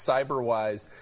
Cyberwise